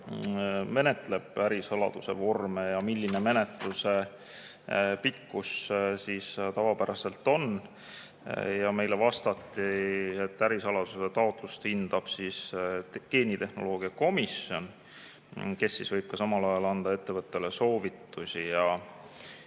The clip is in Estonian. menetleb ärisaladuse vorme ja kui pikk menetlus tavapäraselt on. Meile vastati, et ärisaladuse taotlust hindab geenitehnoloogia komisjon, kes võib samal ajal anda ettevõttele soovitusi.